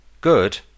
good